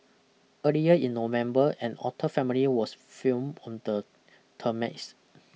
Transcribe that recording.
earlier in November an otter family was filmed on the